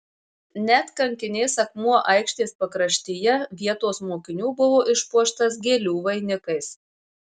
net kankinės akmuo aikštės pakraštyje vietos mokinių buvo išpuoštas gėlių vainikais